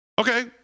Okay